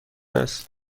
است